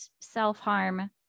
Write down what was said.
self-harm